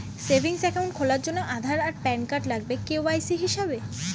savings account খোলার জন্যে আধার আর প্যান কার্ড লাগবে কে.ওয়াই.সি হিসেবে